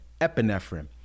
epinephrine